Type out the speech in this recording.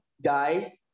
die